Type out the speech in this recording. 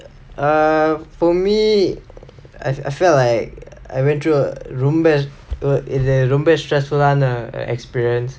err for me as I felt like I went through a ரொம்ப இது romba:romba ithu romba stressful ஆன:aana kind of experience